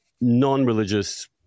non-religious